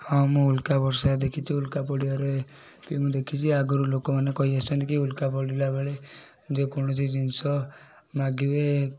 ହଁ ମୁଁ ଉଲ୍କା ବର୍ଷା ଦେଖିଛି ଉଲ୍କା ପଡ଼ିବାରେ ବି ମୁଁ ଦେଖିଛି ଆଗରୁ ଲୋକମାନେ କହି ଆସିଛନ୍ତି କି ଉଲ୍କା ପଡ଼ିଲା ବେଳେ ଯେକୌଣସି ଜିନିଷ ମାଗିବେ